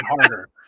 harder